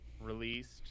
released